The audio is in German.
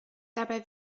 dabei